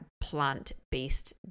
plant-based